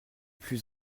plus